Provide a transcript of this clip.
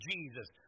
Jesus